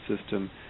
system